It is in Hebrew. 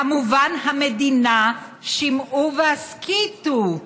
כמובן, המדינה, שמעו והסכיתו,